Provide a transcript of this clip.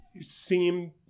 seem